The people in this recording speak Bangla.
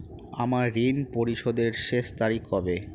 আমার ঋণ পরিশোধের শেষ তারিখ কবে?